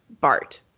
Bart